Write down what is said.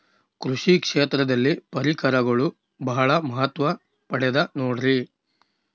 ಕೃಷಿ ಕ್ಷೇತ್ರದಲ್ಲಿ ಪರಿಕರಗಳು ಬಹಳ ಮಹತ್ವ ಪಡೆದ ನೋಡ್ರಿ?